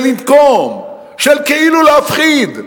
של לנקום, של כאילו להפחיד,